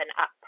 up